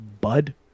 bud